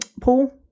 Paul